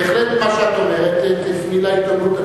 בהחלט מה שאת אומרת, תפני לעיתונות.